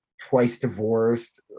twice-divorced